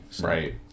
Right